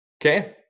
Okay